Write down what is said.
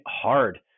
hard